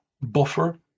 Buffer